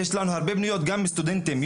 בבקשה.